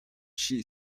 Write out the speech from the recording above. she